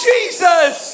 Jesus